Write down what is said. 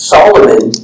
Solomon